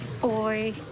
boy